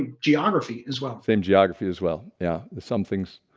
ah geography as well same geography as well. yeah some things